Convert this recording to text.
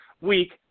week